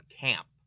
camp